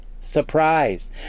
surprise